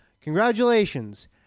congratulations